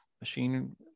machine